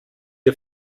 ihr